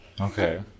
Okay